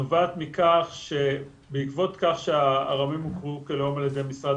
נובעת מכך שבעקבות כך שהארמים הוכרו כלאום על ידי משרד